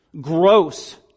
gross